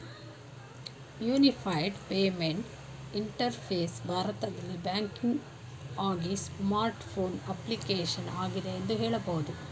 unified payment interface ಭಾರತದಲ್ಲಿ ಬ್ಯಾಂಕಿಂಗ್ಆಗಿ smart phone application ಆಗಿದೆ ಎಂದು ಹೇಳಬಹುದು